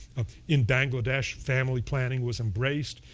in bangladesh, family planning was embraced.